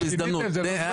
הזמן שחיכיתם, זה לא זמני?